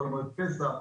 חול המועד פסח,